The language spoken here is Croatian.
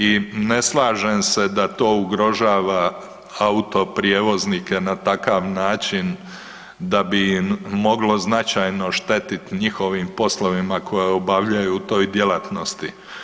I ne slažem se da to ugrožava autoprijevoznike na takav način da bi moglo značajno štetiti njihovim poslovima koje obavljaju u toj djelatnosti.